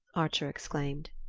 archer exclaimed.